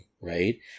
right